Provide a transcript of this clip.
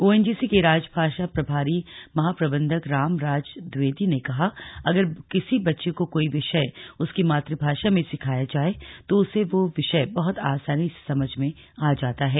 ONGC के राजभाषा प्रभारी महाप्रबंधक राम राज द्विवेदी ने कहा अगर किसी बच्चे को कोई विषय उसकी मातृभाषा में सिखाया जाए तो उसे वो विषय बहुत आसानी से समझ में आता है